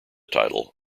title